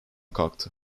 kalktı